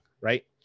right